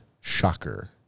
shocker